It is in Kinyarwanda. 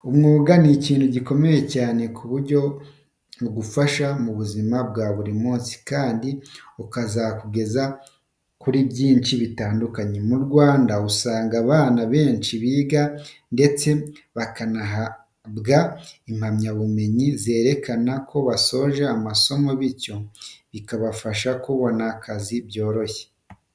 Umwuga ni ikintu gikomeye cyane ku buryo ugufasha mu buzima bwa buri munsi kandi ukazakugeza kuri byinshi bitandukanye. Mu Rwanda usanga abana benshi biga ndetse bakanahabwa impamyabumenyi zerekana ko basoje amasomo bityo bikabafasha kubona akazi byoroshye.